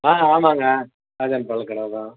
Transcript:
ஆ ஆமாங்க ராஜா பழக்கடைதான்